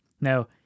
Now